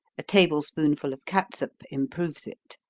a table spoonful of catsup improves it.